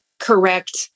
correct